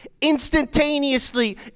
instantaneously